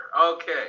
Okay